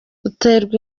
uterwa